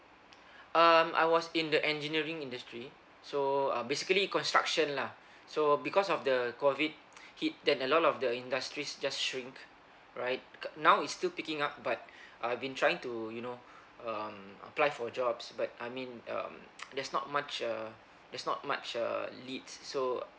um I was in the engineering industry so uh basically construction lah so because of the COVID hit that a lot of the industries just shrink right now is still picking up but I've been trying to you know um apply for jobs but I mean um there's not much uh there's not much uh leads so